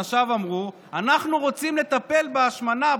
אנשיו אמרו: אנחנו רוצים לטפל בהשמנה,